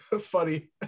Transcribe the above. funny